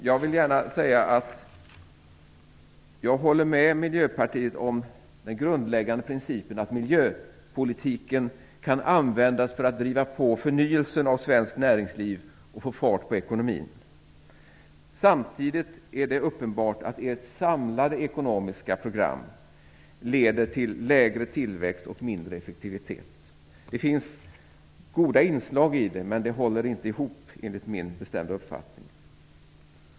Jag vill gärna säga att jag håller med miljöpartiet om den grundläggande principen att miljöpolitiken kan användas för att driva på förnyelsen av svenskt näringsliv och få fart på ekonomin. Samtidigt är det uppenbart att ert samlade ekonomiska program leder till lägre tillväxt och mindre effektivitet. Det finns goda inslag i det, men det håller inte ihop, enligt min bestämda uppfattning.